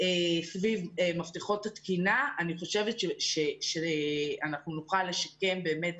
סביב מפתחות התקינה אני חושבת שנוכל לשקם את